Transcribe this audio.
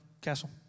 Castle